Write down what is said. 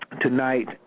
tonight